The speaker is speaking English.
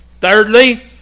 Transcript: Thirdly